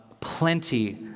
Plenty